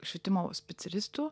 švietimo specialistų